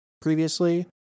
previously